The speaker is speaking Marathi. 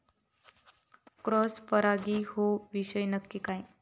क्रॉस परागी ह्यो विषय नक्की काय?